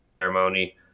Ceremony